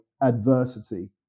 adversity